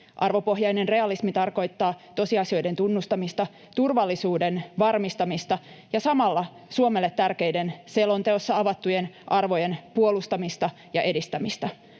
Arvopohjainen realismi tarkoittaa tosiasioiden tunnustamista, turvallisuuden varmistamista ja samalla Suomelle tärkeiden selonteossa avattujen arvojen puolustamista ja edistämistä.